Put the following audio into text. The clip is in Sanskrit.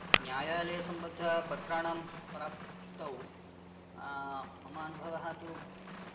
न्यायालयासम्बद्धपत्राणां प्राप्तौ मम अनुभवः तु